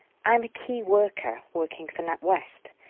i'm a keyworker working for natwest.